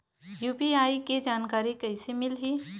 UPI के जानकारी कइसे मिलही?